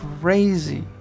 crazy